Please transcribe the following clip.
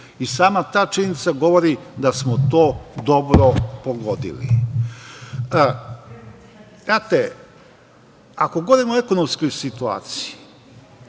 i sama ta činjenica govori da smo to dobro pogodili. Ako govorimo o ekonomskoj situaciji,